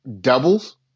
doubles